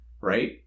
Right